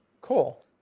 Cool